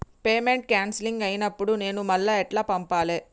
Payment cancel అయినపుడు నేను మళ్ళా ఎట్ల పంపాలే?